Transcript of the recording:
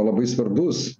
labai svarbus